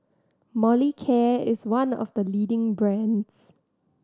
Molicare is one of the leading brands